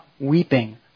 weeping